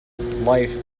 life